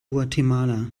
guatemala